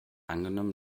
angenommen